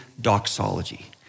doxology